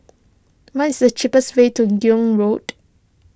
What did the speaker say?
what is the cheapest way to Gul Road